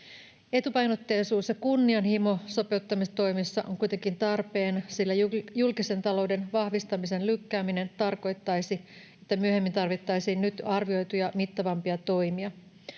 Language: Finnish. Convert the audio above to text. Etupainotteisuus ja kunnianhimo sopeuttamistoimissa ovat kuitenkin tarpeen, sillä julkisen talouden vahvistamisen lykkääminen tarkoittaisi, että myöhemmin tarvittaisiin nyt arvioitua mittavampia toimia.